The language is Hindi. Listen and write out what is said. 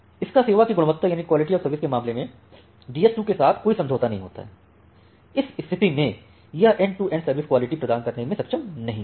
इसका सेवा की गुणवत्ता के मामले में डीएस 2 के साथ कोई समझौता नहीं होता हैइस स्तिथि में यह end to end service quality प्रदान करने में सक्षम नहीं होता